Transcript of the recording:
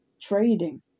trading